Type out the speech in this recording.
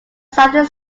southern